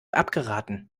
abgeraten